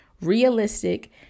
realistic